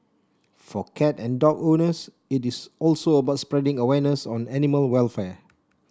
for cat and dog owners it is also about spreading awareness on animal welfare